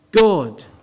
God